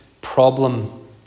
problem